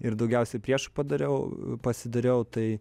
ir daugiausiai priešų padariau pasidariau tai